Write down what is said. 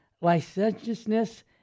licentiousness